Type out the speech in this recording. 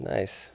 Nice